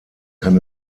kann